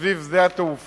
סביב שדה התעופה,